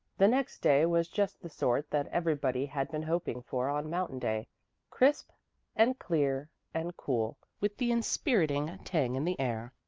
the next day was just the sort that everybody had been hoping for on mountain day crisp and clear and cool, with the inspiriting tang in the air,